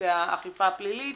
בנושא האכיפה הפלילית